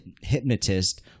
hypnotist